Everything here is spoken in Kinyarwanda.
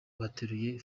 bateruye